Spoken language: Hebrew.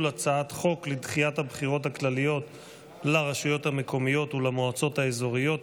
הצעת חוק לדחיית הבחירות הכלליות לרשויות המקומיות ולמועצות האזוריות,